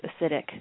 acidic